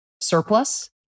surplus